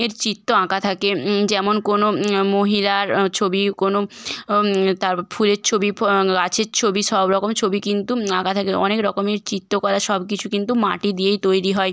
এর চিত্র আঁকা থাকে যেমন কোনো মহিলার ছবি কোনো তারপর ফুলের ছবি গাছের ছবি সব রকম ছবি কিন্তু আঁকা থাকে অনেক রকমের চিত্রকলা সব কিছু কিন্তু মাটি দিয়েই তৈরি হয়